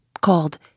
called